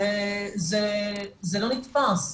זה לא נתפס.